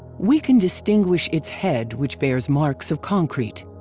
we can distinguish its head which bears marks of concrete.